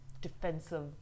defensive